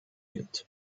gibt